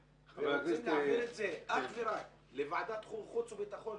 להעביר את זה אך ורק לוועדת החוץ והביטחון,